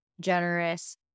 generous